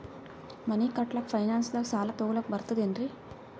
ಮನಿ ಕಟ್ಲಕ್ಕ ಫೈನಾನ್ಸ್ ದಾಗ ಸಾಲ ತೊಗೊಲಕ ಬರ್ತದೇನ್ರಿ?